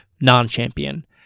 non-champion